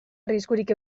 arriskurik